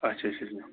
اَچھا اَچھا اَچھا